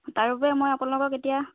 তাৰ বাবে মই আপোনালোকক এতিয়া